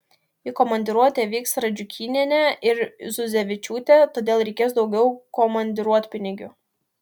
į komandiruotę vyks radžiukynienė ir zuzevičiūtė todėl reikės daugiau komandiruotpinigių